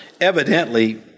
evidently